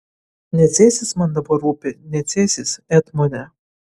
ne cėsis man dabar rūpi ne cėsis etmone